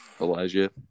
Elijah